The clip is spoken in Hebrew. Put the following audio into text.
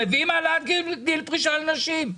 מביאים העלאת גיל פרישה לנשים.